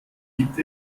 gibt